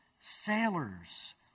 sailors